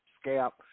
scalp